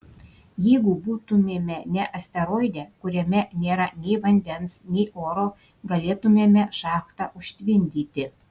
jeigu būtumėme ne asteroide kuriame nėra nei vandens nei oro galėtumėme šachtą užtvindyti